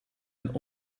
een